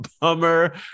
bummer